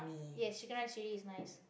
yes chicken-rice chilli is nice